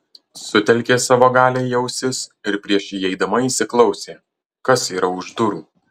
sutelkė savo galią į ausis ir prieš įeidama įsiklausė kas yra už durų